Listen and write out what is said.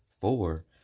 Four